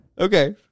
Okay